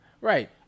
right